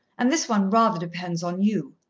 and this one rather depends on you.